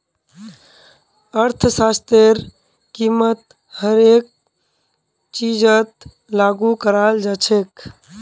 अर्थशास्त्रतेर कीमत हर एक चीजत लागू कराल जा छेक